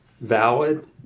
valid